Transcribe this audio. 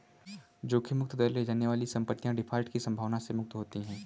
जोखिम मुक्त दर ले जाने वाली संपत्तियाँ डिफ़ॉल्ट की संभावना से मुक्त होती हैं